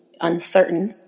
uncertain